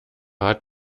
hat